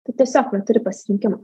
tu tiesiog neturi pasirinkimo